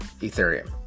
Ethereum